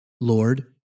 Lord